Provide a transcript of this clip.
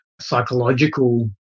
psychological